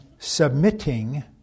Submitting